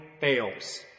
fails